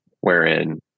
wherein